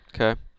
Okay